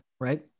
Right